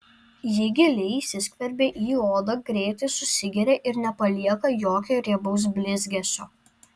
ji giliai įsiskverbia į odą greitai susigeria ir nepalieka jokio riebaus blizgesio